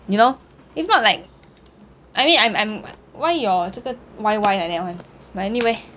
you know if not like I mean I'm I'm why your 这个 why why like that [one] but anyway